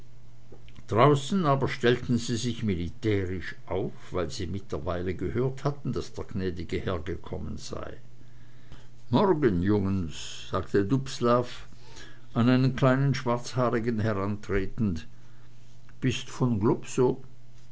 draußen aber stellten sie sich militärisch auf weil sie mittlerweile gehört hatten daß der gnädige herr gekommen sei morgen jungens sagte dubslav an einen kleinen schwarzhaarigen herantretend bist von